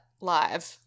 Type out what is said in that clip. live